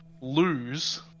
lose